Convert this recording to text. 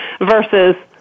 versus